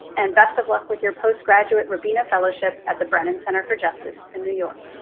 and best of luck with your postgraduate robina fellowship at the brennan center for justice in new york.